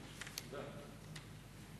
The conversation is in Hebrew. גברתי היושבת-ראש,